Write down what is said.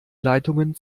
leitungen